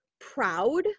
proud